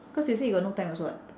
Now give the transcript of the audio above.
cause you say you got no time also what